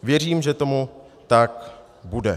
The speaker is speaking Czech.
Věřím, že tomu tak bude.